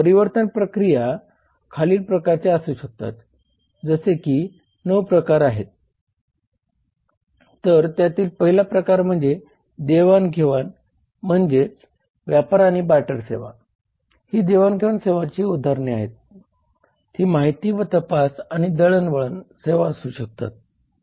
परिवर्तन प्रक्रिया खालील प्रकारच्या असू शकतात जसे की 9 प्रकार तर त्यातील पहिला प्रकार म्हणजे देवाणघेवाण म्हणजेच व्यापार आणि बार्टर सेवा ही देवाणघेवाण सेवांची उदाहरणे आहेत ती माहिती व तपास आणि दळणवळण सेवा असू शकतात हे परिपूर्ण माहिती आहे